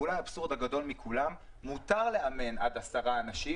האבסורד הגדול מכולם הוא שמותר לאמן עד עשרה אנשים